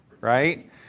right